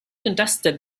contested